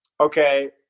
okay